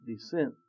descent